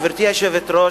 גברתי היושבת-ראש,